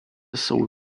jsou